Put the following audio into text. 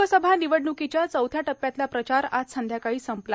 लोकसभा निवडणुकोच्या चौथ्या टप्प्यातला प्रचार आज संध्याकाळी संपला